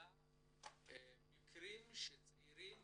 למקרים של צעירים